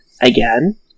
again